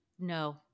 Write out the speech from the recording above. No